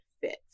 fits